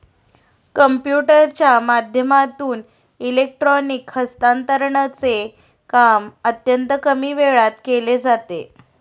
कम्प्युटरच्या माध्यमातून इलेक्ट्रॉनिक हस्तांतरणचे काम अत्यंत कमी वेळात केले जाते